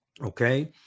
Okay